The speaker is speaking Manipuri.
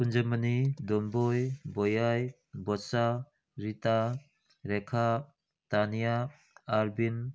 ꯀꯨꯟꯖꯃꯅꯤ ꯗꯣꯟꯕꯣꯏ ꯕꯣꯌꯥꯏ ꯕꯣꯆꯥ ꯔꯤꯇꯥ ꯔꯦꯈꯥ ꯇꯥꯅꯤꯌꯥ ꯑꯥꯔꯕꯤꯟ